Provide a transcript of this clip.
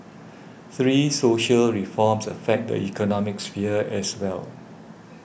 three social reforms affect the economic sphere as well